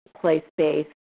place-based